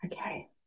okay